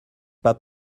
pas